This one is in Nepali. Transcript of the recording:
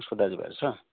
उसको दाजुभाइहरू छ